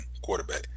quarterback